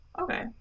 okay